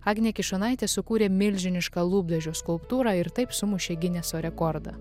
agnė kišonaitė sukūrė milžinišką lūpdažio skulptūrą ir taip sumušė gineso rekordą